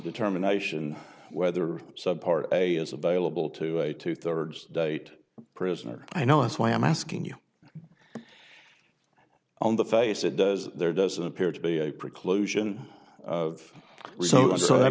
determination whether subpart a is available to a two thirds date prisoner i know that's why i'm asking you on the face it does there doesn't appear to be a preclusion of so so that